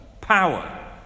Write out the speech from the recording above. power